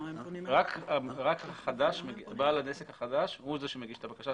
רק בעל העסק החדש מגיש את הבקשה.